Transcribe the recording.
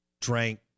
drank